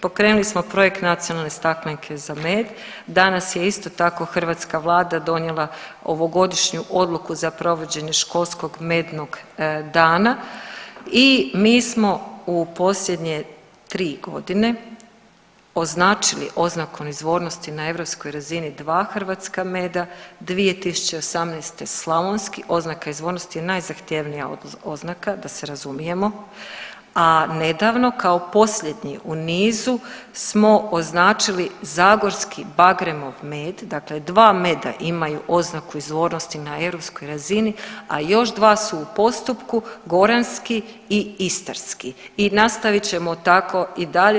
Pokrenuli smo projekt Nacionalne staklenke za med, danas je isto tako hrvatska Vlada donijela ovogodišnju Odluku za provođenje školskog mednog dana i mi smo u posljednje tri godine označili oznakom izvornosti na europskoj razini dva hrvatska meda, 2018. slavonski, oznaka izvornosti je najzahtjevnija oznaka da se razumijemo, a nedavno kao posljednji u niz smo označili zagorski bagremov med, dakle dva meda imaju oznaku izvornosti na europskoj razini, a još dva su u postupku goranski i istarski i nastavit ćemo tako i dalje.